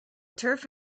turf